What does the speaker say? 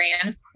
brand